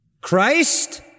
Christ